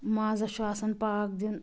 مازَس چھُ آسان پاکھ دیٛن